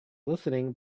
listening